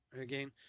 again